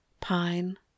pine